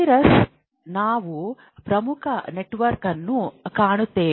ರಸ್ನಲ್ಲಿ ನಾವು ಪ್ರಮುಖ ನೆಟ್ವರ್ಕ್ ಅನ್ನು ಕಾಣುತ್ತೇವೆ